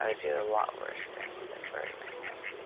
ah do a lot worse things than burn myself.